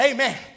Amen